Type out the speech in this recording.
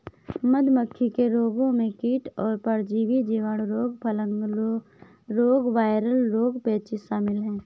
मधुमक्खी के रोगों में कीट और परजीवी, जीवाणु रोग, फंगल रोग, वायरल रोग, पेचिश शामिल है